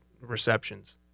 receptions